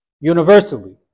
universally